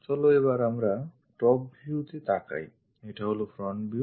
চলো আমরা top view তে তাকাই এটা হলো front view